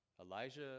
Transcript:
Elijah